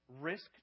risk